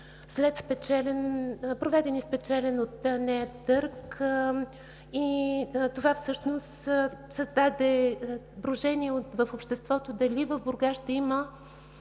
проведен и спечелен от нея търг. Това създаде брожение в обществото: дали в Бургас ще има